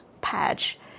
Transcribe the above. patch